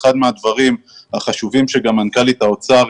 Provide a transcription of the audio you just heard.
אחד מהדברים החשובים שגם מנכ"לית האוצר